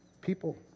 people